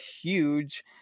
huge